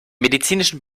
medizinischen